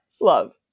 Love